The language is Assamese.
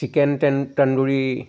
চিকেন তন তন্দুৰী